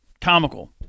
comical